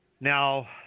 Now